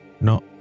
No